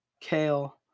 kale